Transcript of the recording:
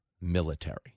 military